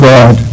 God